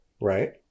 right